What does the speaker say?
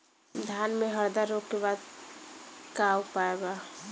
धान में हरदा रोग के का उपाय बा?